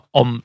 om